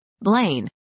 Blaine